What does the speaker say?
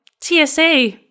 TSA